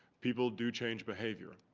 people do change behaviour.